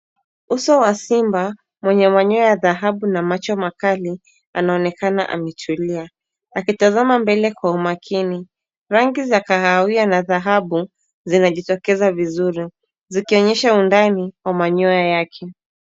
Uso wa simba mwenye manyoya ya dhahabu na macho makali anaonekana ametulia akitazama mbele kwa umakini rangi za kahawia na dhahabu zinajitokeza vizuri zikionyesha undani wa manyoya yake.